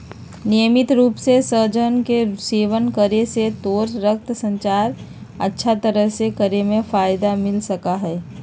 नियमित रूप से सहजन के सेवन करे से तोरा रक्त संचार अच्छा तरह से करे में मदद मिल सका हई